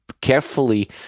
carefully